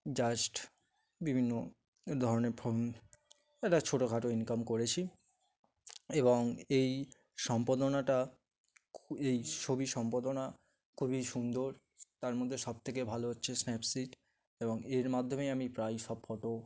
just বিভিন্ন ধরনের ফম একটা ছোটখাটো ইনকাম করেছি এবং এই সম্পাদনাটা খু এই ছবি সম্পাদনা খুবই সুন্দর তার মধ্যে সবথেকে ভালো হচ্ছে স্ন্যাপসীড এবং এর মাধ্যমেই আমি প্রায়ই সব ফটো